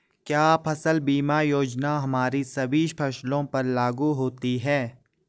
क्या फसल बीमा योजना हमारी सभी फसलों पर लागू होती हैं?